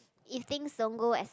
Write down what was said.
if things don't go as